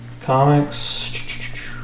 comics